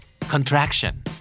Contraction